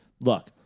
look